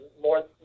more